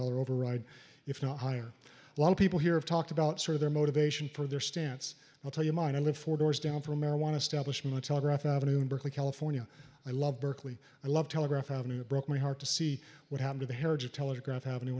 dollar override if not higher a lot of people here have talked about sort of their motivation for their stance i'll tell you mine i live four doors down from marijuana stablish much telegraph avenue in berkeley california i love berkeley i love telegraph avenue it broke my heart to see what happened to the heritage telegraph